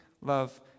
love